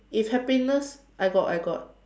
if happiness I got I got